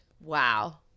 Wow